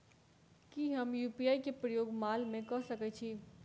की हम यु.पी.आई केँ प्रयोग माल मै कऽ सकैत छी?